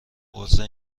عرضه